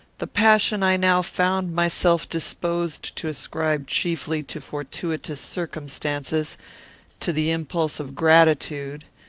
the passion i now found myself disposed to ascribe chiefly to fortuitous circumstances to the impulse of gratitude,